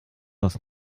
aus